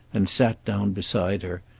and sat down beside her,